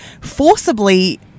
forcibly –